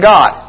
God